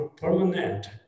permanent